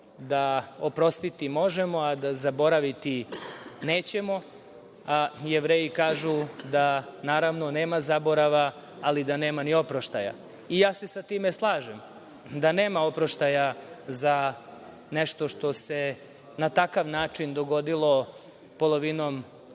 da oprostiti možemo, a da zaboraviti nećemo, a Jevreji kažu da nema zaborava, ali da nema ni oproštaja. I ja se sa tim slažem da nema oproštaja za nešto što se na takav način dogodilo polovinom